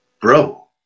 bro